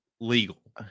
legal